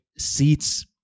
Seats